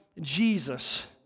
Jesus